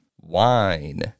wine